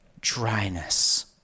dryness